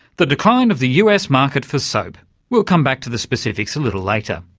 the decline of the us market for soap we'll come back to the specifics a little later.